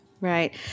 Right